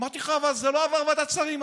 אמרתי לך: אבל זה לא עבר בוועדת שרים.